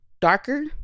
darker